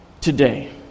today